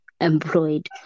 employed